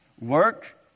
Work